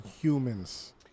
humans